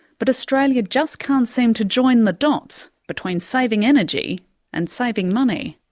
but australia just can't seem to join the dots between saving energy and saving money.